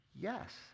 Yes